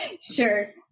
Sure